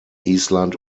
island